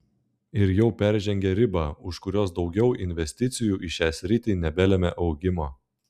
ir jau peržengė ribą už kurios daugiau investicijų į šią sritį nebelemia augimo